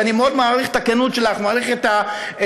ואני מאוד מעריך את הכנות שלך ומעריך את היכולת